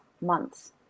months